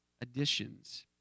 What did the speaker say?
additions